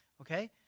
Okay